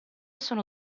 sono